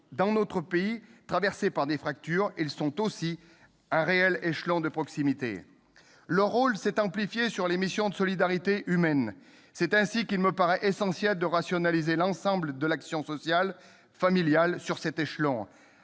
Dans notre pays, traversé par des fractures, ils sont aussi un réel échelon de proximité. Leur rôle s'est amplifié sur les missions de solidarité humaine. Aussi, il me paraît essentiel de rationaliser l'ensemble de l'action sociale familiale sur cet échelon,